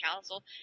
castle